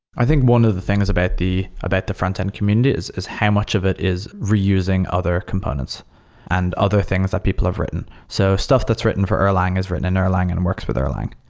i think one of the things about the about the frontend community is is how much of it is reusing other components and other things that people have written. so stuff that's written for erlang is written in erlang and it works with erlang.